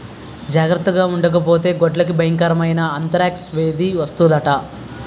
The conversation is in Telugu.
జార్తగుండకపోతే గొడ్లకి బయంకరమైన ఆంతరాక్స్ వేది వస్తందట